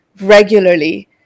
regularly